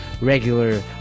regular